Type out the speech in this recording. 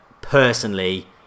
personally